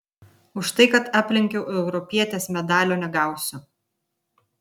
už tai kad aplenkiau europietes medalio negausiu